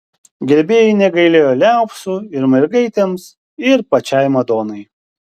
gerbėjai negailėjo liaupsių ir mergaitėms ir pačiai madonai